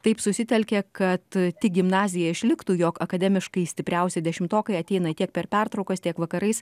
taip susitelkė kad tik gimnazija išliktų jog akademiškai stipriausi dešimtokai ateina tiek per pertraukas tiek vakarais